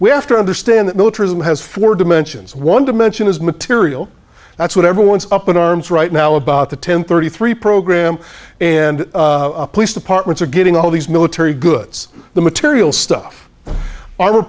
we have to understand that militarism has four dimensions one dimension is material that's what everyone's up in arms right now about the ten thirty three program and police departments are getting all these military goods the material stuff armored